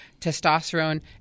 testosterone